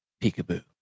peekaboo